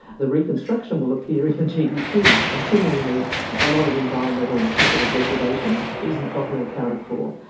the reconstruction will appear in the gdp. and similarly a lot of environmental and capital degradation isn't properly accounted for.